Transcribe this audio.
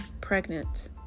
pregnant